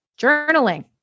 journaling